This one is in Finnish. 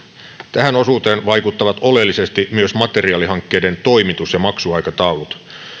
tähän osuuteen vaikuttavat oleellisesti myös materiaalihankkeiden toimitus ja maksuaikataulut